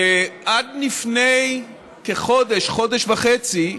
שעד לפני כחודש, חודש וחצי,